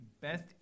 Best